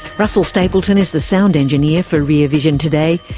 russell stapleton is the sound engineer for rear vision today.